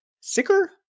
Sicker